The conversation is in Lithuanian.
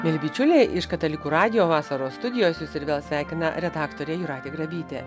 mieli bičiuliai iš katalikų radijo vasaros studijos jus ir vėl sveikina redaktorė jūratė grabytė